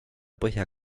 põhja